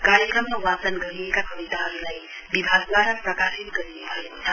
कार्यक्रममा वाचन गरिएका कविताहरूलाई विभागद्वारा प्रकाशित गरिने भएको छ